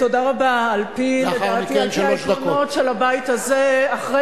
לאחר מכן שלוש דקות, אדוני